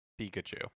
Pikachu